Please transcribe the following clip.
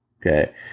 okay